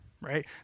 Right